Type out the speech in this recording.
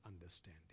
understanding